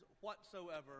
whatsoever